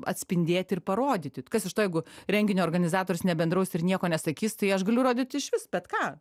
atspindėti ir parodyti kas iš to jeigu renginio organizatorius nebendraus ir nieko nesakys tai aš galiu rodyti išvis bet ką